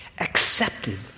Accepted